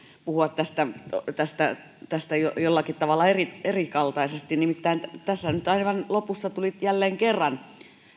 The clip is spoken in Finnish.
puhua tästä tästä jollakin tavalla erikaltaisesti nimittäin tässä nyt aivan lopussa tuli jälleen kerran